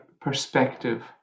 perspective